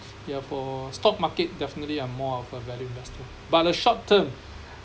ya for stock market definitely I'm more of a value investor but the short term